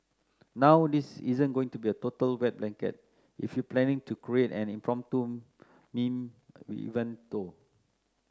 now this isn't going to be a total wet blanket if you're planning to create an impromptu meme event though